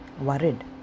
worried